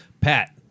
Pat